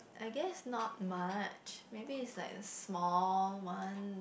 I guess not much maybe is like a small one